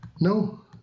no